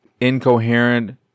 incoherent